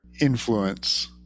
influence